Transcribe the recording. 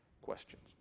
questions